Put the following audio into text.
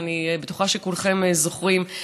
אני בטוחה שכולכם זוכרים,